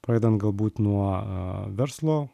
pradedant galbūt nuo verslo